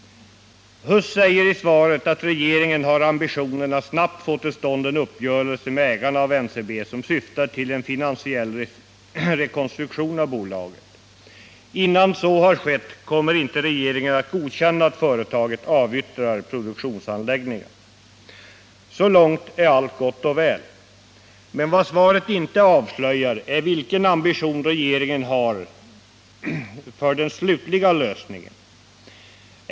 Erik Huss säger i svaret att regeringen har ambitionen att snabbt få till stånd en uppgörelse med ägarna av NCB, som syftar till en finansiell rekonstruktion av företaget. Innan så har skett kommer inte regeringen att godkänna att företaget avyttrar produktionsanläggningar. Så långt är allt gott och väl. Men vad svaret inte avslöjar är vilken ambition regeringen har när det gäller den slutliga lösningen.